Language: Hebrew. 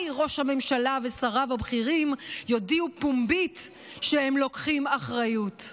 ראש הממשלה ושריו הבכירים יודיעו פומבית שהם לוקחים אחריות.